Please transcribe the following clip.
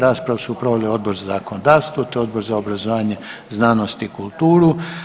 Raspravu su proveli Odbor za zakonodavstvo, te Odbor za obrazovanje, znanost i kulturu.